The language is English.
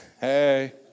Hey